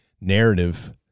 narrative